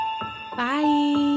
Bye